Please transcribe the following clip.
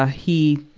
ah he,